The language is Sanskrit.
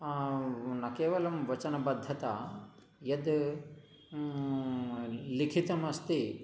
न केवलं वचनबद्धता यत् लिखितमस्ति